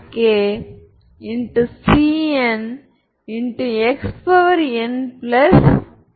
அதனுடன் தொடர்புடையது